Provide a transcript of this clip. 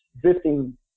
drifting